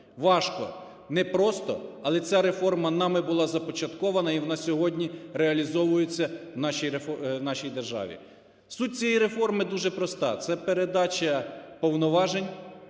Важко, непросто, але ця реформа нами була започаткована і вона сьогодні реалізовується в нашій державі. Суть цієї реформи дуже проста – це передача повноважень